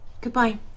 Goodbye